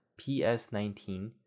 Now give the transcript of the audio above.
PS19